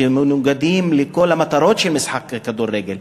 שהם מנוגדים לכל המטרות של משחק כדורגל.